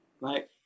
right